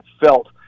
felt